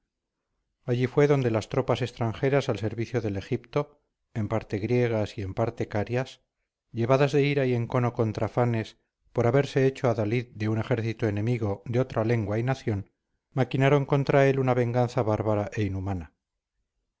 allí fue donde las tropas extranjeras al servicio del egipto en parte griegas y en parte carias llevadas de ira y encono contra fanes por haberse hecho adalid de un ejército enemigo de otra lengua y nación maquinaron contra él una venganza bárbara e inhumana